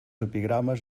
epigrames